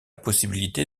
possibilité